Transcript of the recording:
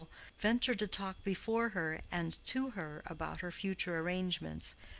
ventured to talk before her and to her about her future arrangements,